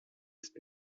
ist